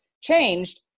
changed